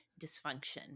dysfunction